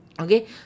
okay